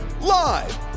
Live